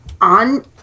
on